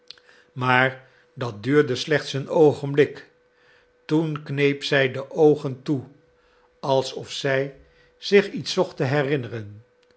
maar dat duurde slechts een oogenblik toen kneep zij de oogen toe alsof zij zich iets zocht te herinneren